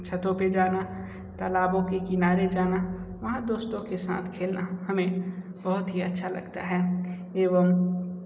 छतों पे जाना तालाबों के किनारे जाना वहाँ दोस्तों के साथ खेलना हमें बहुत ही अच्छा लगता हैं एवं